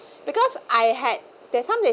because I had that time they